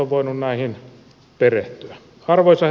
arvoisa herra puhemies